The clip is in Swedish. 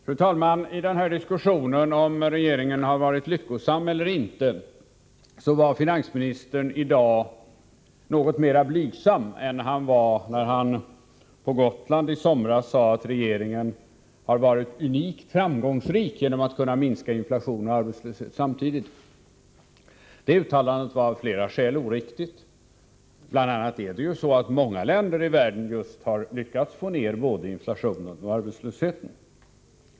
Fru talman! I diskussionen om huruvida regeringen har varit lyckosam eller inte var finansministern i dag något mera blygsam än han var i somras, när han på Gotland sade att regeringen varit unikt framgångsrik genom att den kunnat minska inflation och arbetslöshet samtidigt. Det uttalandet var av flera skäl oriktigt. Det är ju bl.a. så att många länder i världen lyckats med att få ned både inflationen och arbetslösheten.